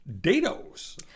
dados